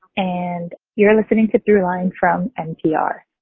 and you're listening to throughline from npr